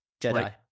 Jedi